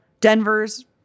Denver's